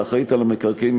האחראית למקרקעין,